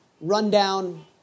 rundown